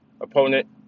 opponent